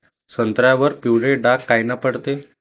संत्र्यावर पिवळे डाग कायनं पडते?